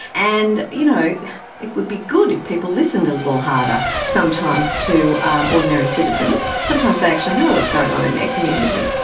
and you know it would be good if people listened a little harder sometimes to um ordinary citizens. sometimes they actually know what's going on in their community.